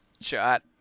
shot